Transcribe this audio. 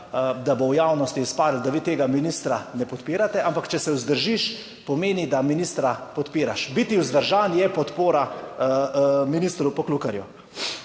da bo v javnosti izpadlo, da vi tega ministra ne podpirate, ampak, če se vzdržiš pomeni, da ministra podpiraš, biti vzdržen je podpora ministru Poklukarju.